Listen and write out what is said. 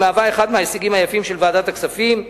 היא מהווה אחד ההישגים היפים של ועדת הכספים,